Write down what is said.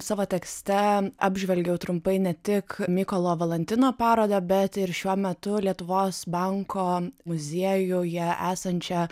savo tekste apžvelgiau trumpai ne tik mykolo valantino parodą bet ir šiuo metu lietuvos banko muziejuje esančią